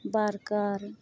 ᱵᱟᱨᱜᱟᱨ